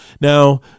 now